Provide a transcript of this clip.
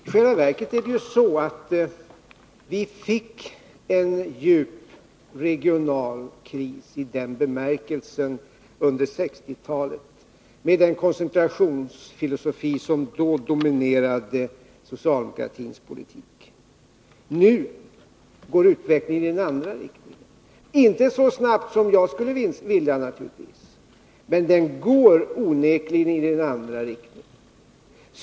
I själva verket är det ju så, att vi fick en djup regional kris under 1960-talet med den koncentrationsfilosofi som då dominerade socialdemokratins politik. Nu går utvecklingen i den andra riktningen — inte så snabbt som jag skulle vilja naturligtvis, men den går onekligen i den andra riktningen.